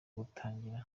gutangira